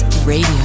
Radio